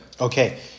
Okay